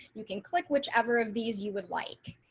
you can click whichever of these, you would like